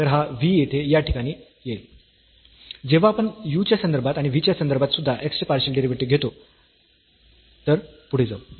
तर हा v येथे या ठिकाणी येईल जेव्हा आपण u च्या संदर्भात आणि v च्या संदर्भात सुद्धा x चे पार्शियल डेरिव्हेटिव्ह घेतो तर पुढे जाऊ